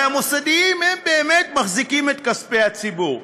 הרי המוסדיים, הם באמת מחזיקים את כספי הציבור.